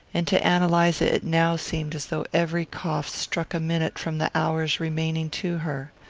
and to ann eliza it now seemed as though every cough struck a minute from the hours remaining to her.